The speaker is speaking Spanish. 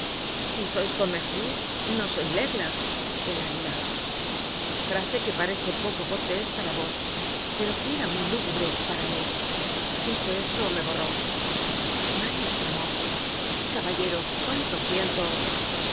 si sois pontmercy no sois laigle el águila frase que parece poco cortés para vos pero que era muy lúgubre para mí dicho esto me borró mario esclamó caballero cuánto siento